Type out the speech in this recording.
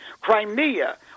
Crimea